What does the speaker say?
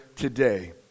today